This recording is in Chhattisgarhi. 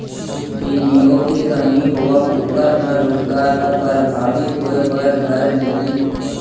बिनियोग के कमी होवब ऊपर म रोजगार ह परभाबित होय बर धर लिही